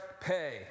pay